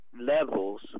levels